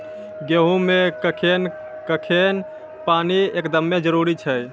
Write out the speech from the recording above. गेहूँ मे कखेन कखेन पानी एकदमें जरुरी छैय?